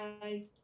bye